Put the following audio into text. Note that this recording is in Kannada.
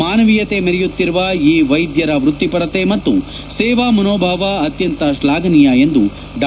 ಮಾನವೀಯತೆ ಮೆರೆಯುತ್ತಿರುವ ಈ ವೈದ್ಧರ ವೃತ್ತಿಪರತೆ ಮತ್ತು ಸೇವಾ ಮನೋಭಾವ ಅತ್ಯಂತ ಶ್ಲಾಘನೀಯ ಎಂದು ಡಾ